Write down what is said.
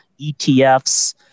ETFs